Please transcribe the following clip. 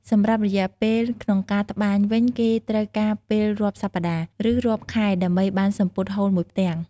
សម្រាប់រយៈពេលលក្នុងការត្បាយវិញគេត្រូវការពេលរាប់សប្ដាហ៍ ឬរាប់ខែដើម្បីបានសំពត់ហូលមួយផ្ទាំង។